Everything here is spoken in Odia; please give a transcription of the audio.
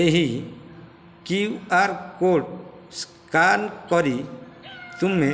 ଏହି କ୍ୟୁ ଆର କୋଡ଼୍ ସ୍କାନ କରି ତୁମେ